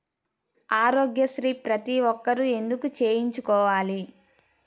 ఆరోగ్యశ్రీ ప్రతి ఒక్కరూ ఎందుకు చేయించుకోవాలి?